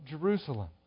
Jerusalem